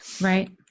Right